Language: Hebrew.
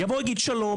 יגיד: שלום,